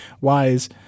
Wise